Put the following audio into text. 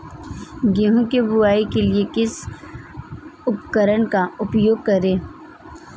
गेहूँ की बुवाई के लिए किस उपकरण का उपयोग करें?